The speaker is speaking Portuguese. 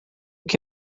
que